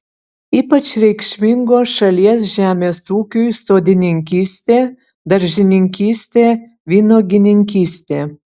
ypač reikšmingos šalies žemės ūkiui sodininkystė daržininkystė vynuogininkystė